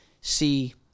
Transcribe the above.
see